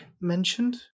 mentioned